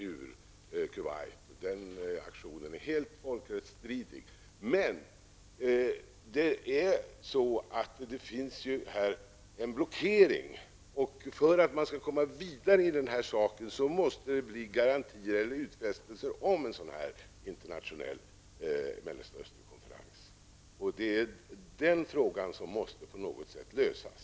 Iraks aktion är helt folkrättsstridig. Men det finns en blockering, och för att komma vidare måste det bli utfästelser om en sådan här internationell Mellanösternkonferens. Den frågan måste på något sätt lösas.